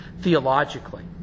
theologically